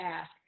ask